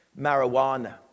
marijuana